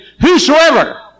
Whosoever